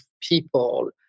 people